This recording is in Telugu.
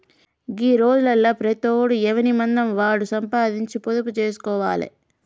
గీ రోజులల్ల ప్రతోడు ఎవనిమందం వాడు సంపాదించి పొదుపు జేస్కోవాలె